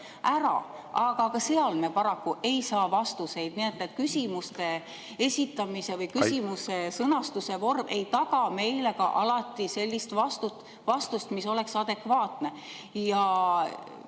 aga ka nendele me paraku ei saa vastuseid. Nii et küsimuse esitamise või küsimuse sõnastuse vorm ei taga meile ka alati sellist vastust, mis oleks adekvaatne. Ja